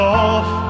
off